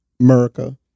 America